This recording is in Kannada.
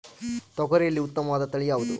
ತೊಗರಿಯಲ್ಲಿ ಉತ್ತಮವಾದ ತಳಿ ಯಾವುದು?